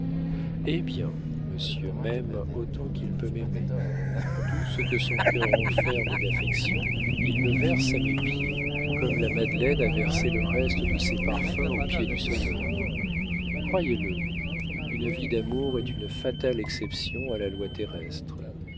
hé bien monsieur m'aime autant qu'il peut m'aimer tout ce que son cœur enferme d'affection il le verse à mes pieds comme la madeleine a versé le reste de ses parfums aux pieds du sauveur croyez-le une vie d'amour est une fatale exception à la loi terrestre